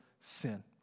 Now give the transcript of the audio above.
sin